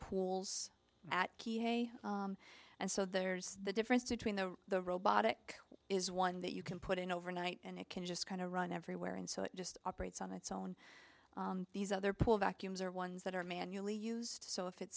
pools at and so there's the difference between the the robotic is one that you can put in overnight and it can just kind of run everywhere and so it just operates on its own these other pull vacuums are ones that are manually used so if it's